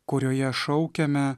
kurioje šaukiame